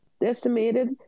decimated